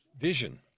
vision